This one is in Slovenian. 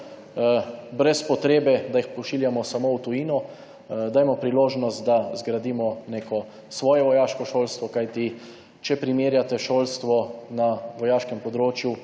Brez potrebe, da jih pošiljamo samo v tujino, dajmo si priložnost, da zgradimo neko svoje vojaško šolstvo, kajti če primerjate šolstvo na vojaškem področju